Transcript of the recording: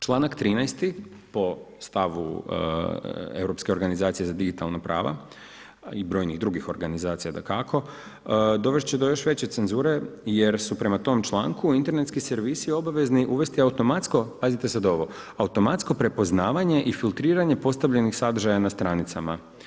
Članak 13. po stavku Europske organizacije za digitalna prava i brojnih drugih organizacija dakako, dovest će do još veće cenzure jer su prema tom članku internetski servisi obavezni uvesti automatsko, pazite sada ovo, automatsko prepoznavanje i filtriranje postavljenih sadržaja na stranicama.